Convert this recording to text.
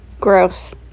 gross